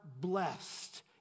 blessed